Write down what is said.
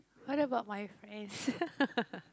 what about my friends